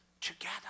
together